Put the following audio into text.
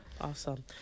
Awesome